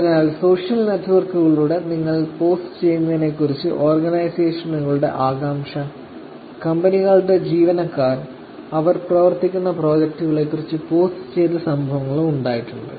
അതിനാൽ സോഷ്യൽ നെറ്റ്വർക്കുകളിൽ നിങ്ങൾ പോസ്റ്റുചെയ്യുന്നതിനെക്കുറിച്ച് ഓർഗനൈസേഷനുകളുടെ ആകാംക്ഷ കമ്പനികളുടെ ജീവനക്കാർ അവർ പ്രവർത്തിക്കുന്ന പ്രോജക്റ്റുകളെക്കുറിച്ച് പോസ്റ്റ് ചെയ്ത സംഭവങ്ങളും ഉണ്ടായിട്ടുണ്ട്